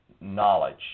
knowledge